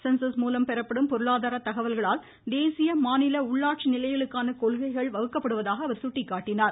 Sanchez மூலம் பெறப்படும் பொருளாதாரத் தகவல்களால் தேசிய மாநில உள்ளாட்சி நிலைகளுக்கான கொள்கைகள் வகுக்கப்படுவதாக அவர் சுட்டிக்காட்டினார்